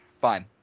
Fine